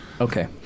Okay